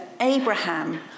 Abraham